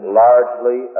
largely